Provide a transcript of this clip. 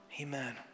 Amen